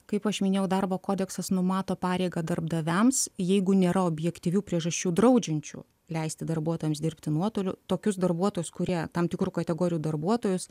kaip aš minėjau darbo kodeksas numato pareigą darbdaviams jeigu nėra objektyvių priežasčių draudžiančių leisti darbuotojams dirbti nuotoliu tokius darbuotojus kurie tam tikrų kategorijų darbuotojus